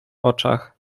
oczach